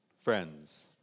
Friends